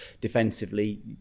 defensively